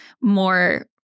more